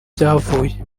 rwavuye